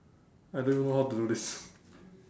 I don't even know how to do this